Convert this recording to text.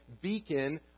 beacon